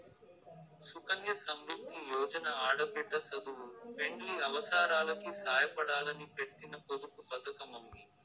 సుకన్య సమృద్ది యోజన ఆడబిడ్డ సదువు, పెండ్లి అవసారాలకి సాయపడాలని పెట్టిన పొదుపు పతకమమ్మీ